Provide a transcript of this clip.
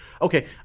okay